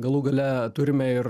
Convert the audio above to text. galų gale turime ir